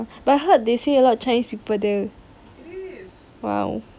but I heard they say a lot of chinese people there